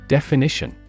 Definition